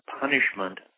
punishment